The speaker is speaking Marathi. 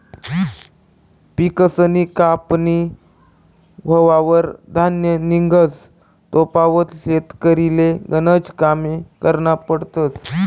पिकसनी कापनी व्हवावर धान्य निंघस तोपावत शेतकरीले गनज कामे करना पडतस